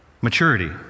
Maturity